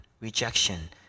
rejection